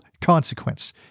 consequence